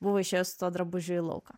buvo išėjus su tuo drabužiu į lauką